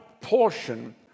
portion